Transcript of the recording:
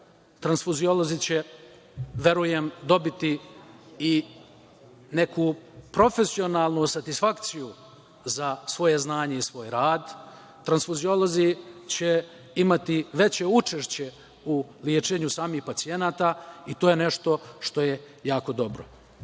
Transfuziolozi će, verujem, dobiti i neku profesionalnu satisfakciju za svoje znanje i za svoj rad. Transfuziolozi će imati veće učešće u lečenju samih pacijenata i to je nešto što je jako dobro.U